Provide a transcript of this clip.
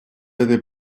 этой